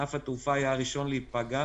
ענף התעופה היה הראשון להיפגע